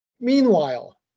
Meanwhile